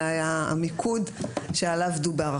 זה היה המיקוד עליו דובר.